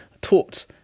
taught